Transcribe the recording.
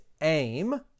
aim